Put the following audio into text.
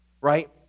right